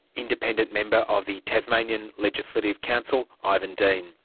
independent member of the tasmanian legislative council ivan dean